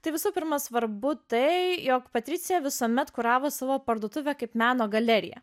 tai visų pirma svarbu tai jog patricija visuomet kuravo savo parduotuvę kaip meno galerija